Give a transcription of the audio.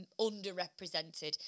underrepresented